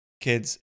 kids